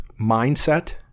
mindset